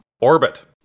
Orbit